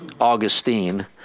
Augustine